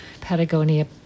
patagonia